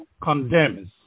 condemns